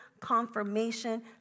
confirmation